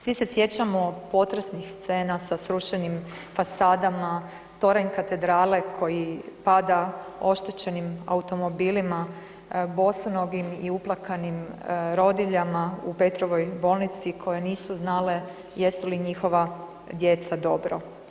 Svi se sjećamo potresnih scena sa srušenim fasadama, toranj katedrale koji pada, oštećenim automobilima, bosonogim i uplakanim rodiljama u Petrovoj bolnici koje nisu znale jesu li njihova djeca dobro.